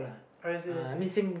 I see I see